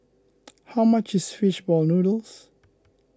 how much is Fish Ball Noodles